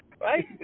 Right